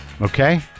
Okay